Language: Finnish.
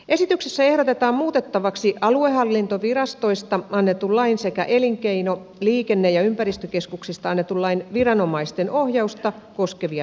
esityksessä ehdotetaan muutettavaksi aluehallintovirastoista annetun lain sekä elinkeino liikenne ja ympäristökeskuksista annetun lain viranomaisten ohjausta koskevia säännöksiä